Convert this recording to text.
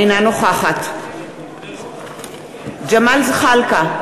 אינה נוכחת ג'מאל זחאלקה,